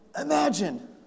Imagine